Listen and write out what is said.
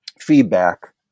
feedback